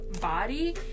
body